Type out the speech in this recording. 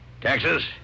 Texas